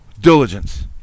diligence